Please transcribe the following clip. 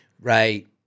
Right